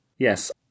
Yes